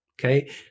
Okay